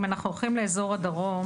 אם אנחנו הולכים לאזור הדרום,